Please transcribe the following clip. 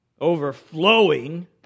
overflowing